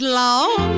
long